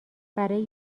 برای